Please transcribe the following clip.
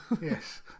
Yes